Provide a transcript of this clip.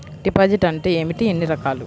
Deposit అంటే ఏమిటీ ఎన్ని రకాలు?